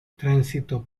tránsito